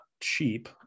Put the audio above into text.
cheap